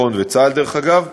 תודה רבה.